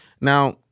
now